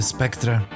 Spectre